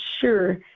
sure